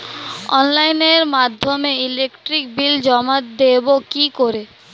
অনলাইনের মাধ্যমে electric bill জমা দেবো কি করে?